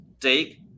take